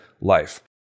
life